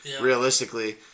Realistically